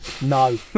no